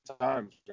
times